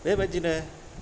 बेबायदिनो